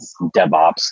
DevOps